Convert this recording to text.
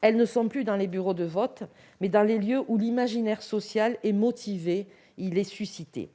Elles ne sont plus dans les bureaux de vote, mais dans des lieux où l'imaginaire social est motivé et suscité,